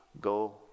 Go